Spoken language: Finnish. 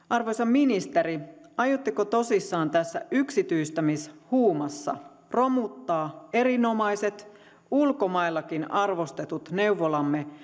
arvoisa ministeri aiotteko tosissanne tässä yksityistämishuumassa romuttaa erinomaiset ulkomaillakin arvostetut neuvolamme